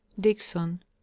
Dixon